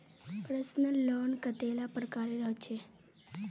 Personal loan कतेला प्रकारेर होचे?